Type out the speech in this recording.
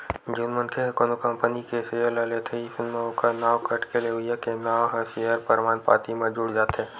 जउन मनखे ह कोनो कंपनी के सेयर ल लेथे अइसन म ओखर नांव कटके लेवइया के नांव ह सेयर परमान पाती म जुड़ जाथे